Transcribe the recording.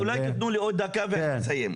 אולי תתנו לי עוד דקה ואני מסיים.